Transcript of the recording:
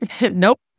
Nope